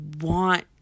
want